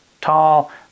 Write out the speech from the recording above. tall